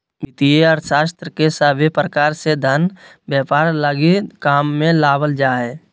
वित्तीय अर्थशास्त्र के सभे प्रकार से धन व्यापार लगी काम मे लावल जा हय